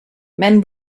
man